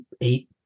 eight